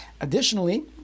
Additionally